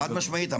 חד משמעית,